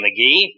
McGee